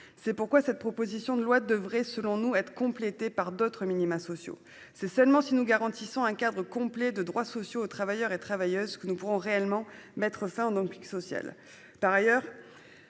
C'est pourquoi cette proposition de loi doit, selon nous, être complétée par l'instauration d'autres minima sociaux. C'est seulement en garantissant un ensemble complet de droits sociaux aux travailleurs et travailleuses que nous pourrons réellement mettre fin au dumping social. Par ailleurs,